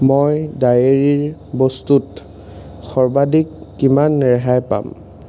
মই ডায়েৰীৰ বস্তুত সৰ্বাধিক কিমান ৰেহাই পাম